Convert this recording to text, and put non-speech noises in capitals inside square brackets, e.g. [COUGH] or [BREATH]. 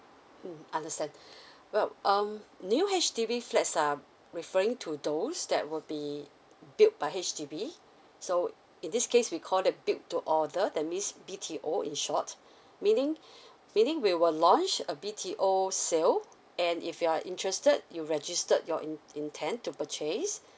mm understand [BREATH] well um new H_D_B flats are referring to those that will be build by H_D_B so in this case we call it build to order that means B_T_O in short meaning [BREATH] meaning we will launch a B_T_O sale and if you are interested you registered your in~ intent to purchase